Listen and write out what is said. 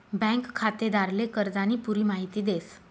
bank खातेदारले कर्जानी पुरी माहिती देस